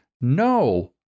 No